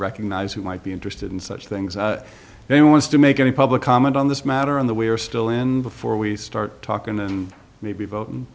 recognize who might be interested in such things and wants to make any public comment on this matter on the we are still and before we start talking and maybe vote